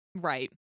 right